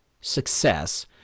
success